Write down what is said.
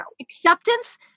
Acceptance